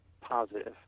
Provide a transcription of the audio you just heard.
positive